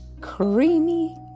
creamy